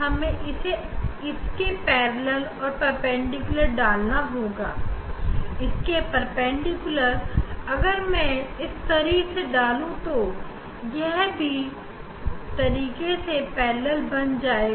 हमें इसे इस के परपेंडिकुलर रखना है क्योंकि ऐसा करने से यह इन रेखाओं के समानांतर हो जाएगा